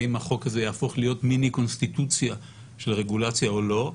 האם החוק הזה יהפוך להיות מיני קונסטיטוציה של רגולציה או לא.